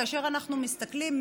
כאשר אנחנו מסתכלים,